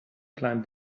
climbed